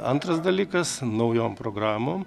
antras dalykas naujom programom